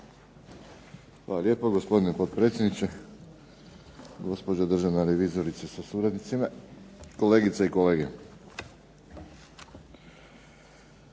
Hvala lijepo gospodine potpredsjedniče, gospođo državna revizorice sa suradnicima, kolegice i kolege.